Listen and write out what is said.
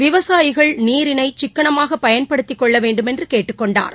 விவசாயிகள் நீரினை சிக்கனமாக பயன்படுத்திக் கொள்ள வேண்டுமென்று கேட்டுக் கொண்டாா்